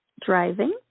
driving